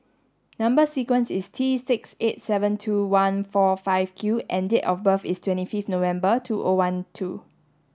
number sequence is T six eight seven two one four five Q and date of birth is twenty fifth November two O one two